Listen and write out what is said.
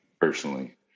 personally